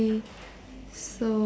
okay